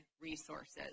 resources